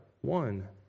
one